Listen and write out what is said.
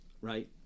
right